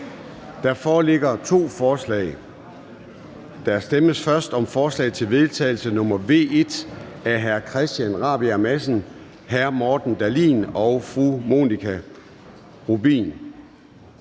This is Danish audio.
Der foreligger to forslag. Der stemmes først om forslag til vedtagelse nr. V 1 af Christian Rabjerg Madsen (S), Morten Dahlin (V) og Monika Rubin